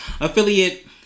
Affiliate